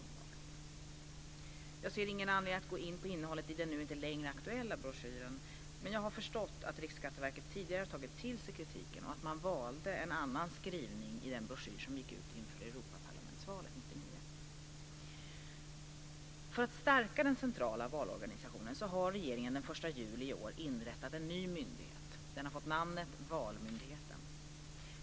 Jag ser ingen anledning att gå in på innehållet i den nu inte längre aktuella broschyren. Jag har dock förstått att RSV tidigare har tagit till sig kritiken och att man valde en annan skrivning i den broschyr som gick ut inför Europaparlamentsvalet 1999. För att stärka den centrala valorganisationen har regeringen den 1 juli i år inrättat en ny myndighet som fått namnet Valmyndigheten.